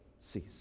cease